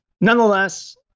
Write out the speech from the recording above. nonetheless